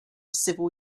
civil